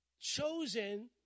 Chosen